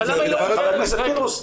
חבר הכנסת פינדרוס,